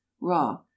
raw